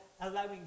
allowing